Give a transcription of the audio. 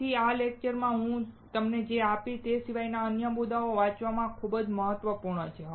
તેથી આ લેક્ચરમાં હું તમને જે આપીશ તે સિવાય અન્ય મુદ્દાઓ વાંચવા ખૂબ જ મહત્વપૂર્ણ છે